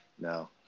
No